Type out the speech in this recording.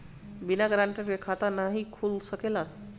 बिना गारंटर के खाता नाहीं खुल सकेला?